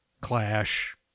clash